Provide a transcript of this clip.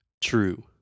True